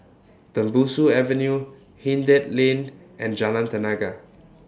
Tembusu Avenue Hindhede Lane and Jalan Tenaga